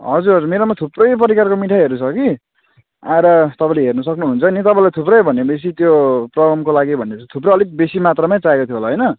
हजुर मेरोमा थुप्रै प्रकारको मिठाईहरू छ कि आएर तपाईँले हेर्न सक्नुहुन्छ नि तपाईँलाई थुप्रै भनेपछि त्यो चवनको लागि भनेपछि थुप्रै अलिक बेसी मात्रामै चाहिएको होला होइन